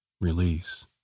release